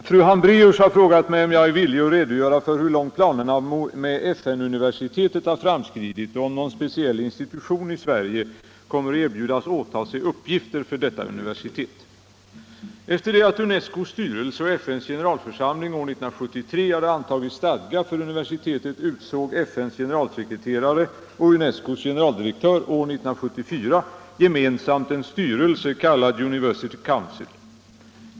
Herr talman! Fru Hambraeus har frågat mig om jag är villig att redogöra för hur långt planerna med FN-universitetet har framskridit och om någon speciell institution i Sverige kommer att erbjudas åta sig uppgifter för detta universitet. Efter det att UNESCO:s styrelse och FN:s generalförsamling år 1973 hade antagit stadga för universitetet utsåg FN:s generalsekreterare och UNESCO:s generaldirektör år 1974 gemensamt en styrelse kallad ”University Council”.